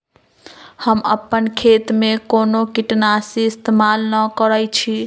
हम अपन खेत में कोनो किटनाशी इस्तमाल न करई छी